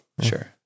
Sure